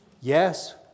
Yes